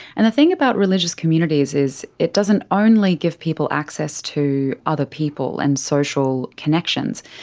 and the thing about religious communities is it doesn't only give people access to other people and social connections,